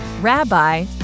Rabbi